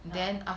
ah